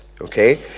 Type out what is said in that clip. okay